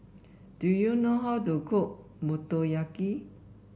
do you know how to cook Motoyaki